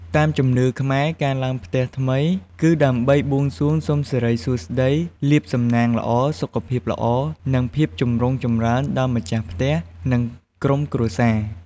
តាមជំនឿខ្មែរ ការឡើងផ្ទះថ្មី គឺដើម្បីបួងសួងសុំសិរីសួស្ដី លាភសំណាងល្អ សុខភាពល្អ និងភាពចម្រុងចម្រើនដល់ម្ចាស់ផ្ទះ និងក្រុមគ្រួសារ។